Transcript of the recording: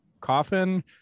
coffin